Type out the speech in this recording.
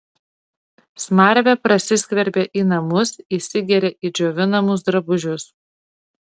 smarvė prasiskverbia į namus įsigeria į džiovinamus drabužius